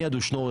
מיד הוא שנורר,